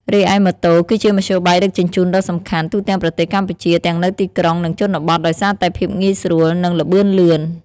រីឯម៉ូតូ គឺជាមធ្យោបាយដឹកជញ្ជូនដ៏សំខាន់ ទូទាំងប្រទេសកម្ពុជា ទាំងនៅទីក្រុង និងជនបទ ដោយសារតែភាពងាយស្រួល និងល្បឿនលឿន ។